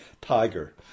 Tiger